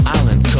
Island